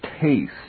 taste